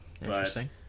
Interesting